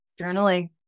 Journaling